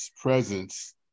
presence